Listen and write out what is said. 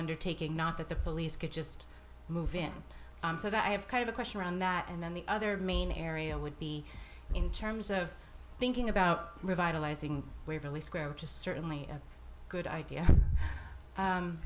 undertaking not that the police could just move in so that i have kind of a question around that and then the other main area would be in terms of thinking about revitalizing waverley square which is certainly a good idea